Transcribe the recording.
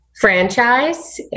franchise